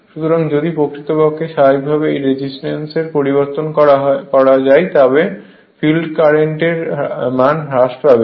সুতরাং যদি প্রকৃতপক্ষে স্বাভাবিকভাবে এই রেজিস্ট্যান্সের পরিবর্তন করা যায় তবে ফিল্ডের কারেন্ট হ্রাস পাবে